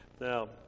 Now